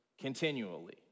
continually